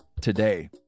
today